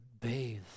Bathe